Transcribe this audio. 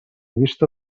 vista